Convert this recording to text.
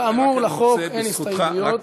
כאמור, לחוק אין הסתייגויות.